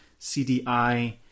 CDI